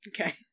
okay